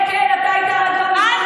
הרי אם זה היה קורה בחברה היהודית,